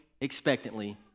expectantly